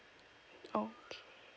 okay